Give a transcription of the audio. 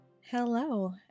Hello